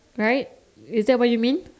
right is that what you mean